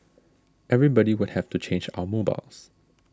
everybody would have to change our mobiles